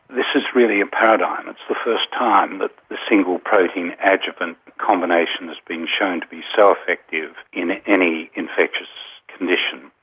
this is really a paradigm. it's the first time that the single protein adjuvant combination has been shown to be so effective in any infectious condition,